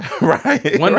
Right